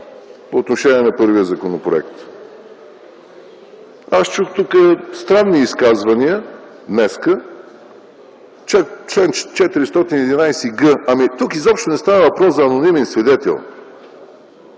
По отношение на първия законопроект. Днес аз чух тук странни изказвания – чл. 411г. Ами тук изобщо не става въпрос за анонимен свидетел!